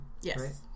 yes